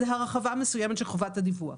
זה הרחבה מסוימת של חובת הדיווח.